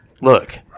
Look